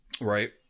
Right